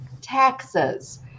taxes